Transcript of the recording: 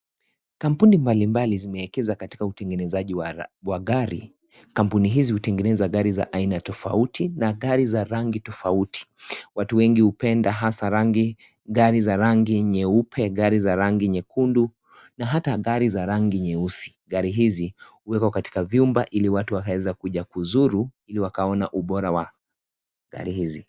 Kampuni mbalimbali zimeekeza katika utengenezaji wa gari , kampuni hizi hutengeneza gari za aina tofauti na gari za rangi tofauti , watu wengi hupenda hasa rangi gari za rangi nyeupe gari za rangi nyekundu na hata gari za rangi nyeusi. Gari hizi huwekwa katika vyumba ili watu wakaeza kuja kuzuru ili wakaona ubora wa gari hizi.